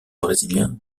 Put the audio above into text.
brésilien